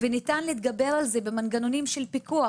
וניתן להתגבר על זה במנגנונים של פיקוח